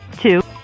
two